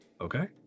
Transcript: Okay